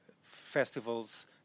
festivals